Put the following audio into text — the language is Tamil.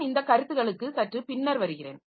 நான் இந்த கருத்துக்களுக்கு சற்று பின்னர் வருகிறேன்